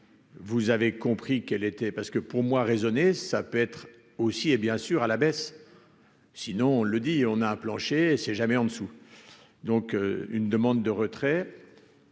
vous avez compris qu'elle était parce que pour moi, raisonner, ça peut être aussi et bien sûr à la baisse, sinon le dit, on a un plancher, c'est jamais en dessous donc une demande de retrait